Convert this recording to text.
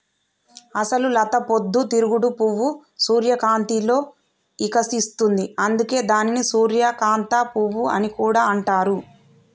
అసలు లత పొద్దు తిరుగుడు పువ్వు సూర్యకాంతిలో ఇకసిస్తుంది, అందుకే దానిని సూర్యకాంత పువ్వు అని కూడా అంటారు